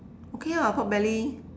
okay lah Pork Belly